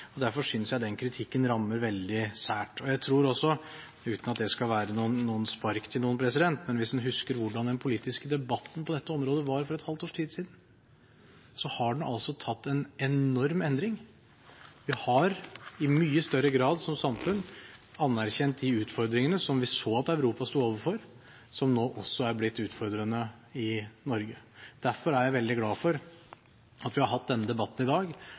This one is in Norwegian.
og derfor synes jeg den kritikken rammer veldig sært. Men hvis en husker – uten at det skal være noe spark til noen – hvordan den politiske debatten på dette området var for et halvt års tid siden, har den altså tatt en enorm vending. Vi har i mye større grad som samfunn anerkjent de utfordringene som vi så at Europa sto overfor, og som nå også er blitt utfordrende i Norge. Derfor er jeg veldig glad for at vi har hatt denne debatten i dag,